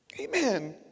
Amen